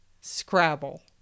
Scrabble